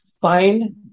Find